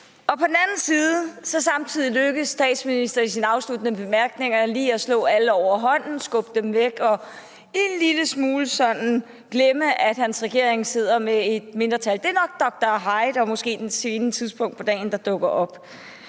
og på den anden side lykkes det statsministeren samtidig i sine afsluttende bemærkninger lige at slå alle over hånden, skubbe dem væk og glemme en lille smule, at hans regering sidder med et mindretal – det er nok Mr. Hyde og måske det sene tidspunkt på dagen, der dukker op.